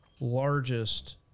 largest